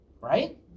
Right